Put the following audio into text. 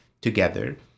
together